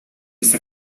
esta